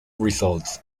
results